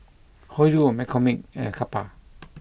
Hoyu McCormick and Kappa